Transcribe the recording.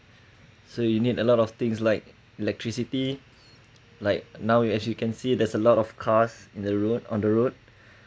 so you need a lot of things like electricity like now actually can see there's a lot of cars in the road on the road